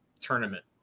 tournament